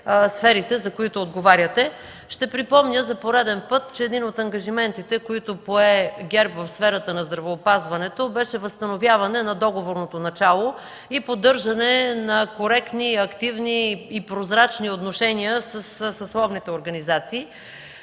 сферите, за които отговаряте. Ще припомня за пореден път, че един от ангажиментите, които пое ГЕРБ в сферата на здравеопазването, беше възстановяване на договорното начало и поддържане на коректни, активни и прозрачни отношения със съсловните организации.